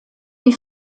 die